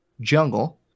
Jungle